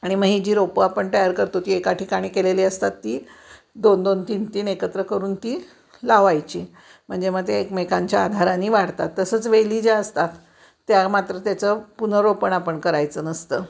आणि मग ही जी रोपं आपण तयार करतो ती एका ठिकाणी केलेली असतात ती दोन दोन तीन तीन एकत्र करून ती लावायची म्हणजे मग ते एकमेकांच्या आधाराने वाढतात तसंच वेली ज्या असतात त्या मात्र त्याचं पुनर्रोपण आपण करायचं नसतं